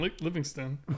Livingston